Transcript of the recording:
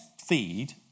feed